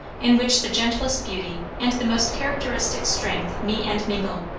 in which the gentlest beauty and the most characteristic strength meet and mingle.